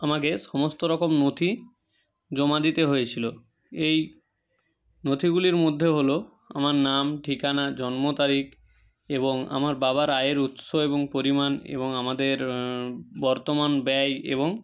আমাকে সমস্ত রকম নথি জমা দিতে হয়েছিলো এই নথিগুলির মধ্যে হলো আমার নাম ঠিকানা জন্ম তারিখ এবং আমার বাবার আয়ের উৎস এবং পরিমাণ এবং আমাদের বর্তমান ব্যয় এবং